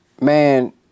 Man